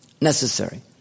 Necessary